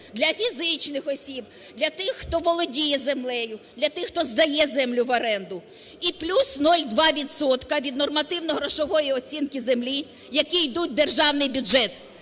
Для фізичних осіб, для тих хто володіє землею, для тих хто здає землю в оренду. І плюс 0,2 відсотка від нормативно-грошової оцінки землі, які йдуть в державний бюджет